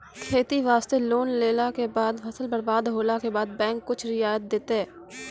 खेती वास्ते लोन लेला के बाद फसल बर्बाद होला के बाद बैंक कुछ रियायत देतै?